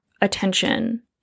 attention